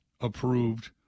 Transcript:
approved